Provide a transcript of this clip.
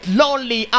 lonely